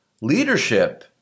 Leadership